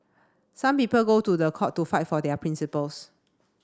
some people go to the court to fight for their principles